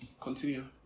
continue